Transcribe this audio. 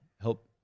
help